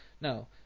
No